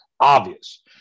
obvious